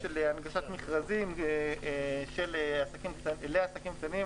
הנגשת מכרזים ממשלתיים לעסקים קטנים,